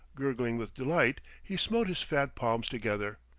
gurgling with delight he smote his fat palms together.